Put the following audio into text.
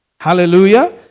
Hallelujah